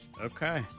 Okay